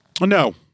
No